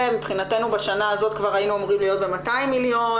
מבחינתנו בשנה הזאת כבר היינו אמורים להיות ב-200 מיליון,